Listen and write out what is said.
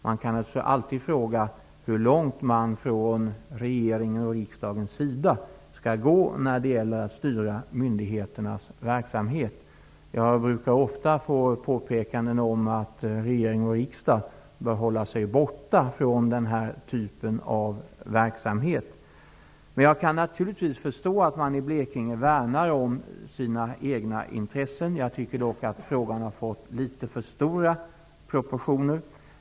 Man kan naturligtvis alltid fråga sig hur långt regeringen och riksdagen skall gå när det gäller att styra myndigheternas verksamhet. Jag brukar ofta få påpekanden om att regering och riksdag bör hålla sig borta från denna typ av verksamhet. Jag kan förstå att man i Blekinge värnar om sina egna intressen. Jag tycker dock att frågan har fått litet för stor proportion.